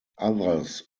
others